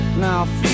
now